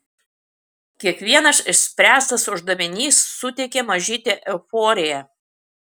kiekvienas išspręstas uždavinys suteikia mažytę euforiją